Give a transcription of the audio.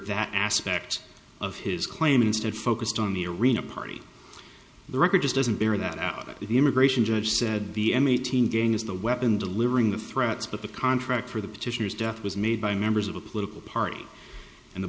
that aspect of his claim instead focused on the arena party the record just doesn't bear that out the immigration judge said the m eighteen gang is the weapon delivering the threats but the contract for the petitioners death was made by members of a political party and the